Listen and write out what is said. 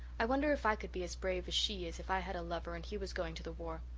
i wonder if i could be as brave as she is if i had a lover and he was going to the war.